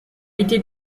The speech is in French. été